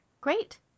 Great